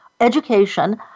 education